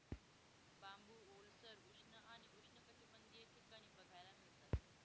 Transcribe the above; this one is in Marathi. बांबू ओलसर, उष्ण आणि उष्णकटिबंधीय ठिकाणी बघायला मिळतात